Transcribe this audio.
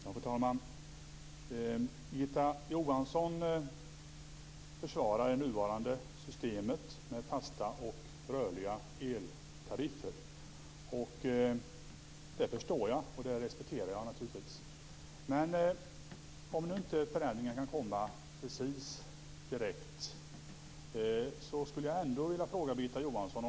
Fru talman! Birgitta Johansson försvarar det nuvarande systemet med fasta och rörliga eltariffer. Det förstår jag, och det respekterar jag naturligtvis. Men om nu inte förändringen kan komma direkt vill jag ändå ställa en fråga till Birgitta Johansson.